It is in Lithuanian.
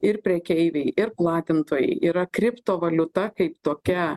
ir prekeiviai ir platintojai yra kriptovaliuta kaip tokia